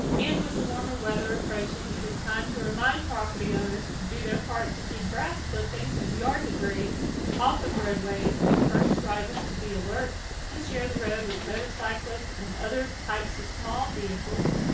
and with the warmer weather approaching it is time to remind property owners to do their part to keep grass clippings and yard debris off the roadways and encourage drivers to be alert and share the road with motorcyclists and other types of small vehicles.